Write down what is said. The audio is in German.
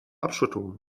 abschottung